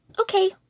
Okay